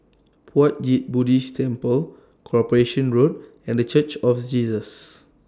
Puat Jit Buddhist Temple Corporation Road and The Church of Jesus